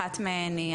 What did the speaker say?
אחת מהן היא